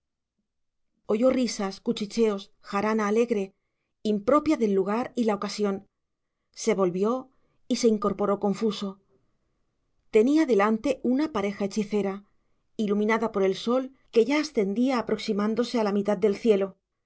oyó risas cuchicheos jarana alegre impropia del lugar y la ocasión se volvió y se incorporó confuso tenía delante una pareja hechicera iluminada por el sol que ya ascendía aproximándose a la mitad del cielo era